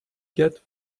get